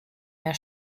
mehr